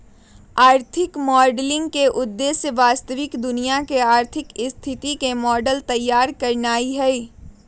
आर्थिक मॉडलिंग के उद्देश्य वास्तविक दुनिया के आर्थिक स्थिति के मॉडल तइयार करनाइ हइ